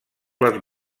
les